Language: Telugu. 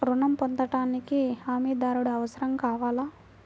ఋణం పొందటానికి హమీదారుడు అవసరం కావాలా?